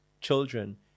children